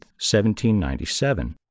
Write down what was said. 1797